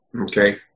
Okay